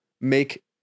Make